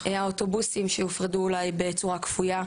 האוטובוסים שהופרדו אולי בצורה כפויה,